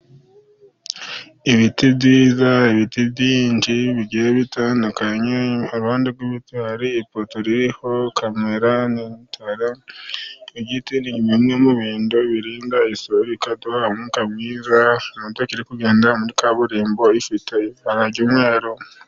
Ibiti byiza, ibiti byinshi bigiye bitandukanye, iruhande rw'ibiti hari ipoto ririho kamera ni itara, igiti ni bimwe mu bintu birinda isuri, ikaduha umwuka mwiza, imodoka iri kugenda muri kaburimbo ifite ibara ry'umweru.